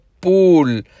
pool